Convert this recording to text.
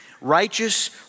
Righteous